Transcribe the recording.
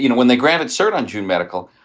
you know when they granted cert on june medical.